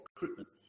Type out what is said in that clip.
recruitment